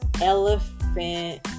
elephant